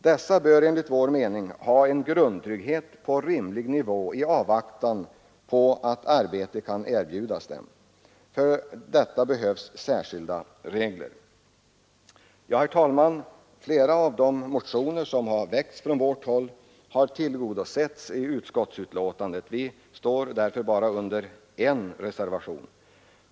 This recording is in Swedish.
Dessa bör, enligt vår mening, ha en grundtrygghet på rimlig nivå i avvaktan på att arbete kan erbjudas dem. För dem behövs särskilda regler. Herr talman! Flera av de motioner som väckts från vårt håll har tillgodosetts vid utskottsbehandlingen, och vi har därför bara en enda reservation.